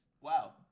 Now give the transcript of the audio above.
Wow